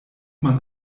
man